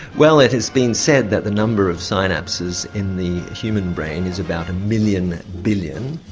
well it has been said that the number of synapses in the human brain is about a million billion.